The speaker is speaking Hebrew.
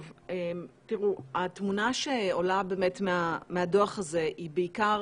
התמונה שעולה מהדוח הזה היא בעיקר,